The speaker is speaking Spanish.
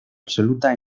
absoluta